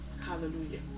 Hallelujah